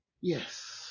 Yes